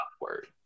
word